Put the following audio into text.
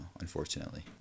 unfortunately